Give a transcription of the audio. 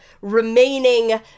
remaining